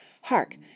Hark